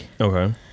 Okay